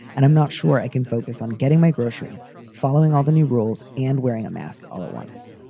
and i'm not sure i can focus on getting my groceries following all the new rules and wearing a mask all at once.